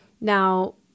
Now